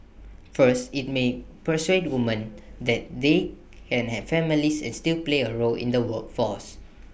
first IT may persuade woman that they can have families and still play A role in the workforce